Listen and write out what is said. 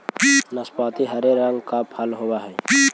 नाशपाती हरे रंग का फल होवअ हई